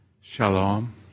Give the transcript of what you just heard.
shalom